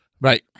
Right